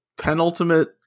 penultimate